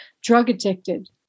drug-addicted